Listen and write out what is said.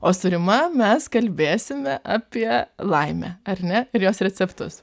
o su rima mes kalbėsime apie laimę ar ne ir jos receptus